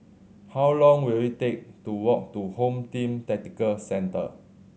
how long will it take to walk to Home Team Tactical Centre